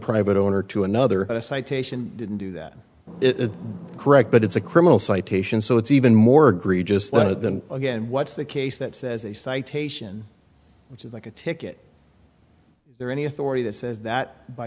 private owner to another a citation didn't do that is correct but it's a criminal citation so it's even more egregious letter than again what's the case that says a citation which is like a ticket or any authority that says that by